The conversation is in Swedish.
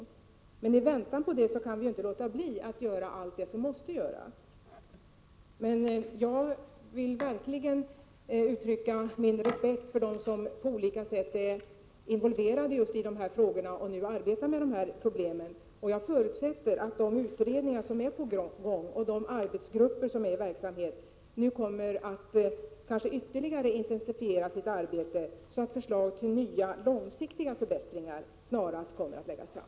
Men i väntan på detta kan vi inte låta bli att göra allt det som måste göras. Jag vill verkligen uttrycka min respekt för dem som på olika sätt är involverade i de här frågorna och som nu arbetar med dessa problem. Jag förutsätter att man i de utredningar som pågår och de arbetsgrupper som är i verksamhet kommer att ytterligare intensifiera sitt arbete, så att förslag till nya långsiktiga förbättringar snarast kommer att läggas fram.